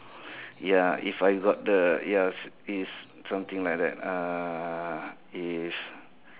ya if I got the ya is it's something like that uh if